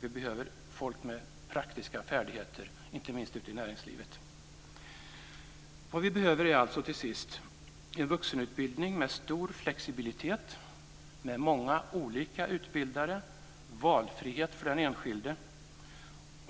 Vi behöver folk med praktiska färdigheter, inte minst ute i näringslivet. Vad vi behöver är alltså en vuxenutbildning med stor flexibilitet, med många olika utbildare och valfrihet för den enskilde.